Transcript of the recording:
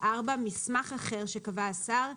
(4)מסמך אחר שקבע השר,